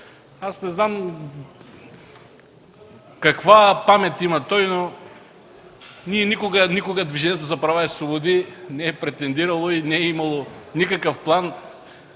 Не знам каква памет има той, но Движението за права и свободи никога не е претендирало и не е имало никакъв план